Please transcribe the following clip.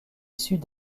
sud